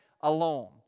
alone